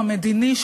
המדיני,